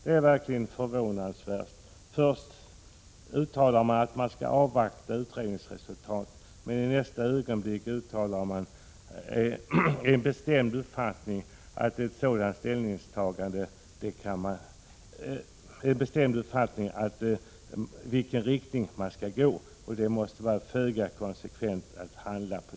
Det är verkligen förvånansvärt — först uttalar man att man skall avvakta utredningsresultat, i nästa ögonblick uttalar man en bestämd uppfattning om i vilken riktning man skall gå. Det är föga konsekvent!